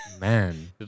Man